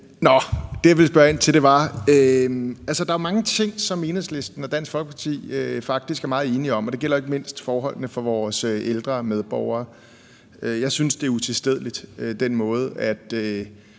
Men det, jeg ville spørge ind til, var jo, at der er mange ting, som Enhedslisten og Dansk Folkeparti faktisk er meget enige om, og det gælder ikke mindst forholdene for vores ældre medborgere. Jeg synes, det er utilstedeligt med den måde, vi